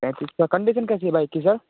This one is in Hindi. पैंतीस का कन्डिसन कैसी है बाइक की सर